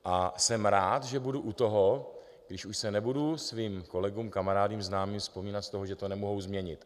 A jsem rád, že budu u toho, když už se nebudu svým kolegům, kamarádům, známým zpovídat z toho, že to nemohu změnit.